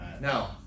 Now